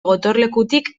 gotorlekutik